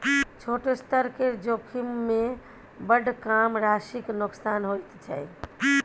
छोट स्तर केर जोखिममे बड़ कम राशिक नोकसान होइत छै